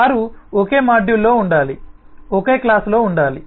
వారు ఒకే మాడ్యూల్లో ఉండాలి ఒకే క్లాస్ లో ఉండాలి